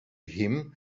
him